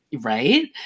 Right